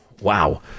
Wow